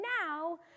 now